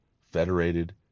federated